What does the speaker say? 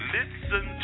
Listen